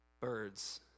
Birds